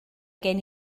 gen